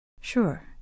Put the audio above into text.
Sure